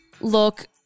Look